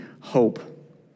hope